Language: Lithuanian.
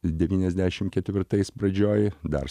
devyniasdešim ketvirtais pradžioj dar